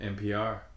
NPR